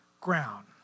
ground